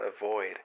avoid